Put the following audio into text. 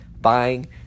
buying